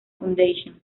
foundation